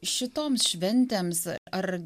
šitoms šventėms ar